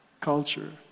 culture